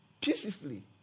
peacefully